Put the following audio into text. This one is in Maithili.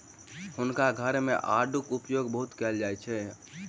हुनका घर मे आड़ूक उपयोग बहुत कयल जाइत अछि